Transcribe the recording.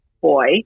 boy